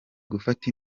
gufata